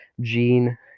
gene